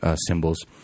symbols